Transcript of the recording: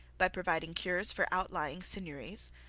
by providing cures for outlying seigneuries,